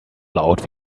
laut